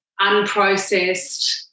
unprocessed